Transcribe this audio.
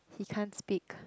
he can't speak